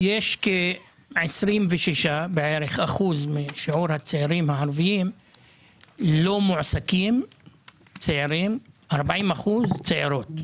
כ-26% מהצעירים הערביים לא מועסקים וכ-40% מהצעירות.